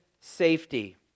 safety